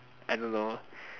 I don't know